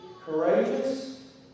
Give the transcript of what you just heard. courageous